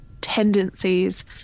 tendencies